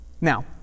Now